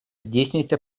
здійснюється